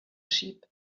sheep